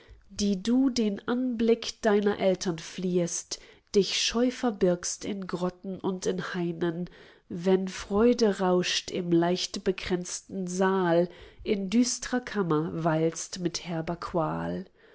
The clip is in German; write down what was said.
die du den anblick deiner eltern fliehest dich scheu verbirgst in grotten und in hainen wenn freude rauscht im leicht bekränzten saal in düstrer kammer weilst mit